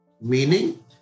Meaning